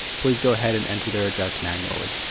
please go ahead and enter their address manually.